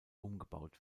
umgebaut